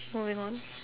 moving on